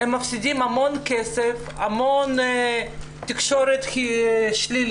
הן מפסידות המון כסף, המון תקשורת שלילית,